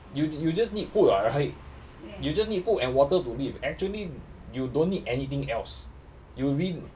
you you just need food [what] right you just need food and water to live actually you don't need anything else you re~